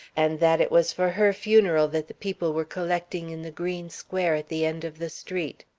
and that it was for her funeral that the people were collecting in the green square at the end of the street.